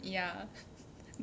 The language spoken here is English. ya